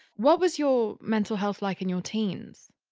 what was your mental health like in your teens?